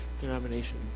denomination